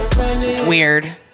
weird